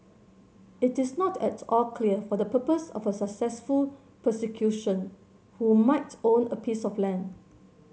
it is not at all clear for the purpose of a successful prosecution who might own a piece of land